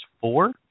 four